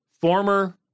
former